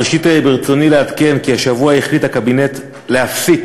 ראשית ברצוני לעדכן כי השבוע החליט הקבינט להפסיק